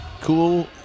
Cool